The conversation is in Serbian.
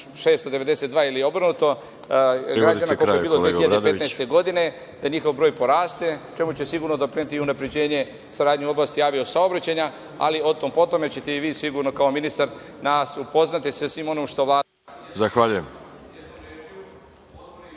14.692 ili obrnuto, kako je bilo 2015. godine, da njihov broj poraste, čemu će sigurno doprineti i unapređenje saradnje u oblasti avio-saobraćaja, ali otom-potom, jer ćete i vi sigurno kao ministar nas upoznati sa svim onim što Vlada radi.